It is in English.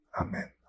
Amen